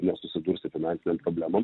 nesusidurs su finansinėm problemom